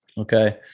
Okay